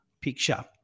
picture